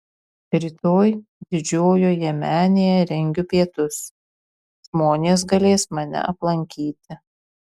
rytoj didžiojoje menėje rengiu pietus žmonės galės mane aplankyti